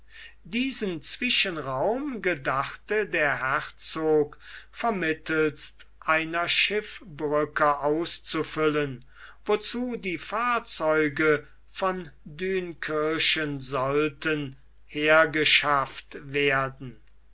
diesen zwischenraum gedachte der herzog vermittelst einer schiffbrücke auszufüllen wozu die fahrzeuge von dünkirchen sollten hergeschafft werden